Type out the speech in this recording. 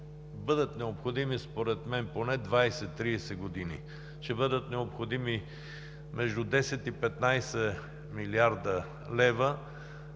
бъдат необходими според мен поне 20 – 30 години. Ще бъдат необходими между 10 и 15 млрд. лв.